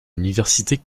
l’université